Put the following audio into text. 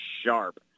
sharp